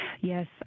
yes